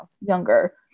younger